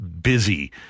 busy